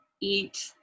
eat